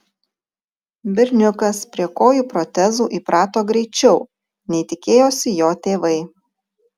berniukas prie kojų protezų įprato greičiau nei tikėjosi jo tėvai